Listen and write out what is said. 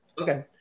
Okay